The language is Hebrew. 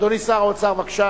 אדוני שר האוצר, בבקשה.